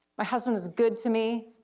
my husband was good to me,